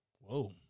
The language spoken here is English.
whoa